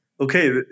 okay